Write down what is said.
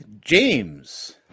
James